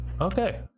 Okay